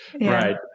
right